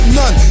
none